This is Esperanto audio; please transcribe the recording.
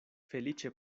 feliĉe